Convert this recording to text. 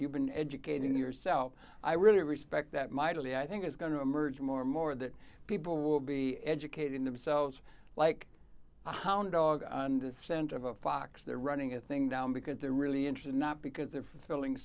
been educating yourself i really respect that mightily i think is going to emerge more and more that people will be educating themselves like hound dog on the scent of a fox they're running a thing down because they're really interested not because they're feeling